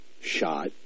shot